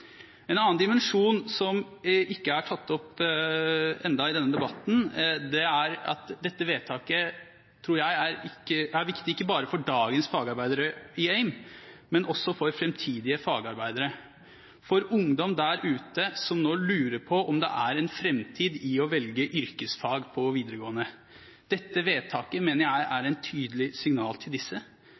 En annen dimensjon, som ikke er tatt opp ennå i denne debatten, er at dette vedtaket, tror jeg, er viktig ikke bare for dagens fagarbeidere i AIM, men også for framtidige fagarbeidere og for ungdom der ute som nå lurer på om det er en framtid i å velge yrkesfag på videregående. Dette vedtaket mener jeg er et tydelig signal til disse: